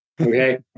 okay